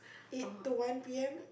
eight to one P_M